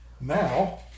Now